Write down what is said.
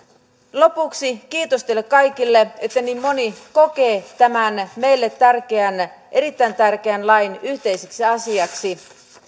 lopuksi kiitos teille kaikille että niin moni kokee tämän meille erittäin tärkeän lain yhteiseksi asiaksi